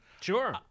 Sure